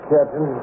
Captain